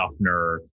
duffner